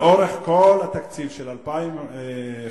לאורך כל התקציב של 2011 ו-2012,